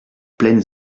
pleine